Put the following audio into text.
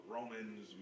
Romans